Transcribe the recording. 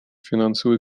финансовый